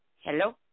Hello